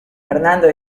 fernando